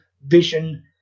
vision